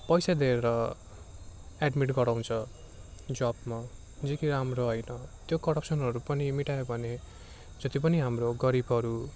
पैसा दिएर एडमिट गराउँछ जबमा जो कि राम्रो होइन त्यो करप्सनहरू पनि मेटायो भने जति पनि हाम्रो गरिबहरू